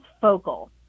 focal